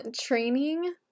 training